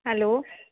hello